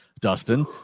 Dustin